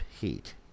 heat